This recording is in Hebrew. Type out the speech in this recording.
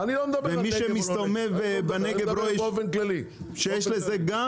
ומי שמסתובב בנגב רואה שיש לזה גם